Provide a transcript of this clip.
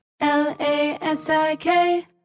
l-a-s-i-k